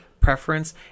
preference